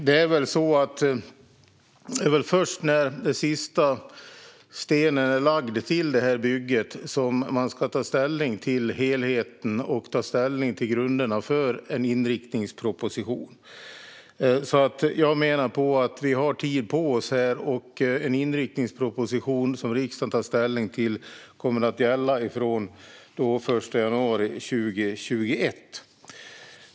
Det är väl så att det är först när den sista stenen är lagd till det här bygget som man ska ta ställning till helheten och till grunderna för en inriktningsproposition. Jag menar därför att vi har tid på oss, och en inriktningsproposition som riksdagen tar ställning till kommer att gälla från den 1 januari 2021.